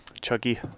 Chucky